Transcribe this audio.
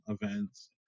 events